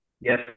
Yes